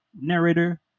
narrator